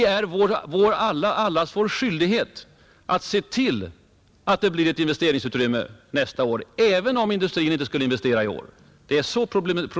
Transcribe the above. Det är allas vår skyldighet att se till att det blir ett investeringsutrymme även nästa år, om ock industrin inte skulle investera i år.